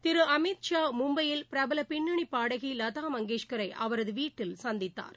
திரு அமித் ஷா மும்பையில் பிரபல பின்னணி பாடகி லதா மங்கேஷ்கரை அவரது வீட்டில் சந்தித்தார்